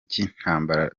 cy’intambara